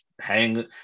hang